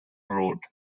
road